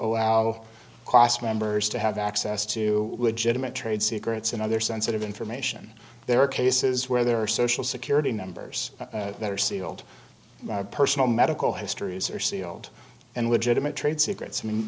allow class members to have access to legitimate trade secrets and other sensitive information there are cases where there are social security numbers that are sealed personal medical histories are sealed and legitimate trade secrets i mean